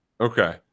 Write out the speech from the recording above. Okay